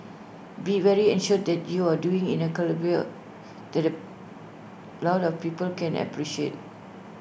be very assured that you're doing in A calibre that A lot of people can appreciate